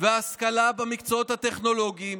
וההשכלה במקצועות הטכנולוגיים,